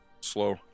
Slow